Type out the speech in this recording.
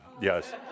Yes